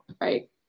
Right